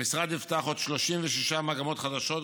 המשרד יפתח עוד 36 מגמות חדשות,